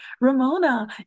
Ramona